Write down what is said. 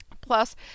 plus